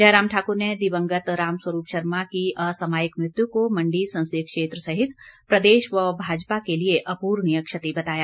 जयराम ठाकुर ने दिवंगत रामस्वरूप शर्मा की असामयिक मृत्यु को मण्डी संसदीय क्षेत्र सहित प्रदेश व भाजपा के लिए अपूर्णीय क्षति बताया